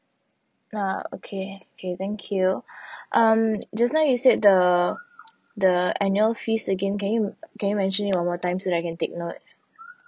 ah okay okay thank you um just now you said the the annual fees again can you can you mention it one more time so that I can take note